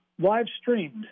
live-streamed